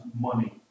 money